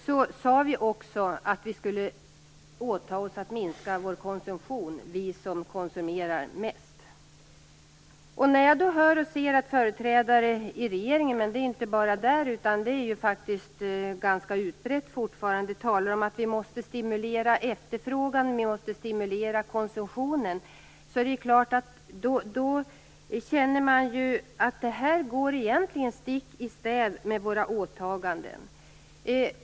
Då sade vi också att vi som konsumerar mest skulle åta oss att minska vår konsumtion. När jag då hör och ser att företrädadre i regeringen - men inte bara där, för det är ju fortfarande faktiskt ganska utbrett - talar om att vi måste stimulera efterfrågan och konsumtionen, känner jag att det här egentligen går stick i stäv med våra åtaganden.